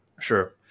Sure